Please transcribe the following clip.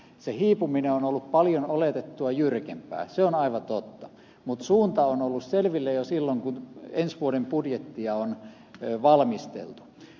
se hiipuminen on ollut paljon oletettua jyrkempää se on aivan totta mutta suunta on ollut selvillä jo silloin kun ensi vuoden budjettia on valmisteltu